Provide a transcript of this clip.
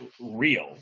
real